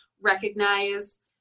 recognize